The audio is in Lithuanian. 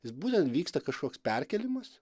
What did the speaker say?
jis būtent vyksta kažkoks perkėlimas